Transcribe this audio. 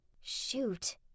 Shoot